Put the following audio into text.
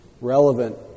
relevant